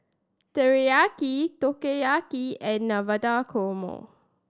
Teriyaki Takoyaki and Navratan Korma